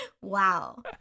Wow